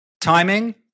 timing